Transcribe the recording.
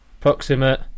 approximate